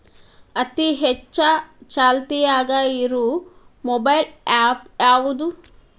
ಅತಿ ಹೆಚ್ಚ ಚಾಲ್ತಿಯಾಗ ಇರು ಮೊಬೈಲ್ ಆ್ಯಪ್ ಯಾವುದು?